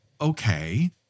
okay